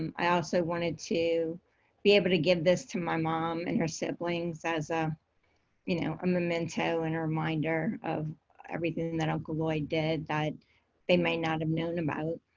um i also wanted to be able to give this to my mom and her siblings as ah you know a memento and a reminder of everything that uncle lloyd did that they might not have known about.